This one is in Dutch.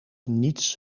niets